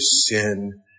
sin